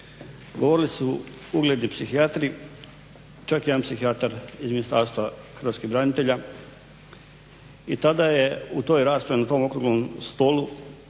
Govorili su ugledni psihijatri, čak i jedan psihijatar iz Ministarstva hrvatskih branitelja. I tada je u toj raspravi, na tom okruglom stolu